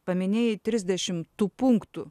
paminėjai trisdešim tų punktų